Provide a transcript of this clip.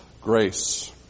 grace